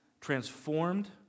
transformed